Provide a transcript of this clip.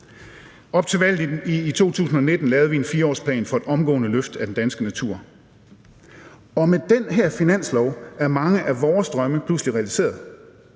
Op til valget i 2019 lavede vi en 4-årsplan for et omgående løft af den danske natur. Og med den her finanslov er mange af vores drømme pludselig realiseret.